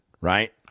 right